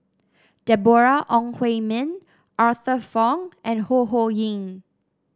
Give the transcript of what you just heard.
Deborah Ong Hui Min Arthur Fong and Ho Ho Ying